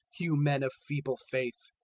you men of feeble faith!